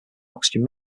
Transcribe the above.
oxygen